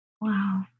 Wow